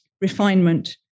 refinement